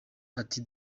ati